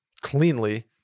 cleanly